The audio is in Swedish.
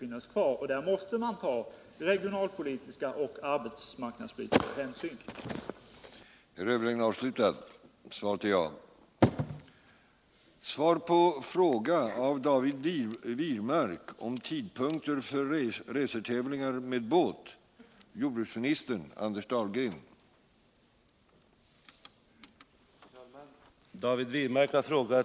Mot bakgrund av Volvoledningens ansvarslösa handlande gentemot sina anställda och svenska samhällsintressen aktualiseras följande fråga: